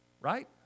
right